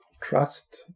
trust